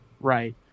Right